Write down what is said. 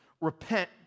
repent